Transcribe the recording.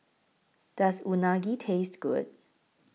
Does Unagi Taste Good